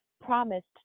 promised